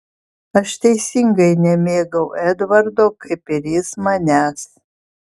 aš teisingai nemėgau edvardo kaip ir jis manęs